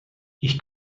ich